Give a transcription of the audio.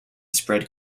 spread